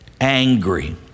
angry